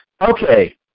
Okay